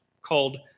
called